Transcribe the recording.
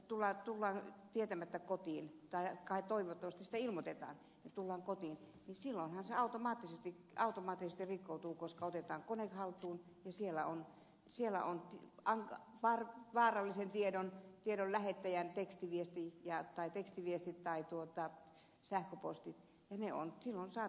kun tullaan tietämättä kotiin tai toivottavasti siitä ilmoitetaan että tullaan kotiin silloinhan se automaattisesti rikkoutuu koska otetaan kone haltuun ja siellä on vaarallisen tiedon lähettäjän viestit ja sähköpostit ja ne ovat silloin saatavina